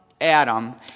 Adam